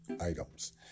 items